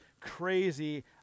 crazy